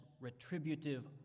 retributive